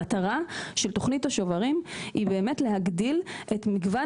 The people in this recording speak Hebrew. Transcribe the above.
המטרה של תוכנית השוברים היא להגדיל את מגוון